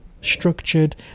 structured